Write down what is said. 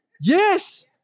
Yes